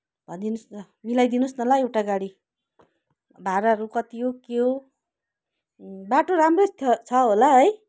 भनिदिनुहोस् न मिलाइदिनुहोस् न ल एउटा गाडी भाडाहरू कति हो के हो बाटो राम्रै थ छ होला है